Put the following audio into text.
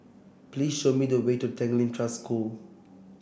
please show me the way to Tanglin Trust School